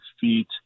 feet